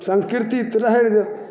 संस्कृति तऽ रहै